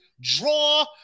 draw